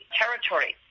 territory